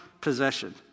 possession